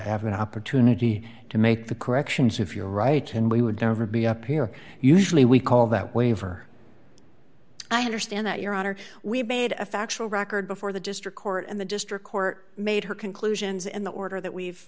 have an opportunity to make the corrections if you're right and we would never be up here usually we call that waiver i understand that your honor we made a factual record before the district court and the district court made her conclusions in the order that we've